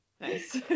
nice